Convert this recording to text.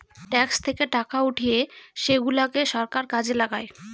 tax থেকে টাকা উঠিয়ে সেগুলাকে সরকার কাজে লাগায়